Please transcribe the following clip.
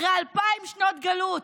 אחרי אלפיים שנות גלות,